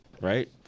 Right